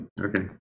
okay